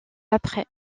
après